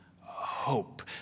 hope